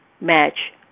match